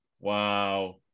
Wow